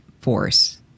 force